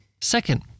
Second